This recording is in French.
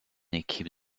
équipe